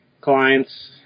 clients